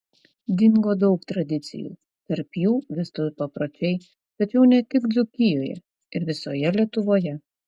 dingo daug tradicijų tarp jų vestuvių papročiai tačiau ne tik dzūkijoje ir visoje lietuvoje